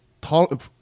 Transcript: tall